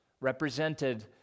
represented